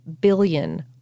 billion